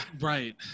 right